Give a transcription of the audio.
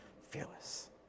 Fearless